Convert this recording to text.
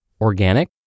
Organic